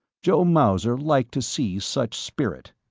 joe mauser liked to see such spirit.